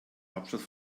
hauptstadt